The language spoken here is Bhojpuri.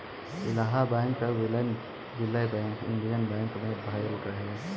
इलाहबाद बैंक कअ विलय इंडियन बैंक मे भयल रहे